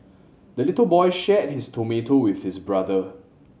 the little boy shared his tomato with his brother